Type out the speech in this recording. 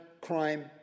crime